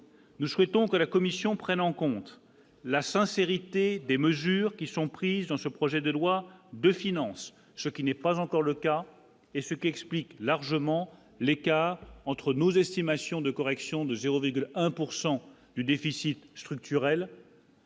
Nous souhaitons que la Commission prenne en compte la sincérité des mesures qui sont prises dans ce projet de loi de finances, ce qui n'est pas encore le cas et ce qui explique largement les cas entre nos estimations de correction de 0 de 1 pourcent du déficit structurel.